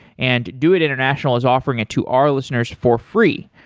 and doit international is offering it to our listeners for free.